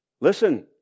Listen